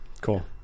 cool